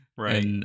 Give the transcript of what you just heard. Right